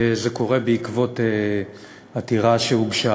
וזה קורה בעקבות עתירה שהוגשה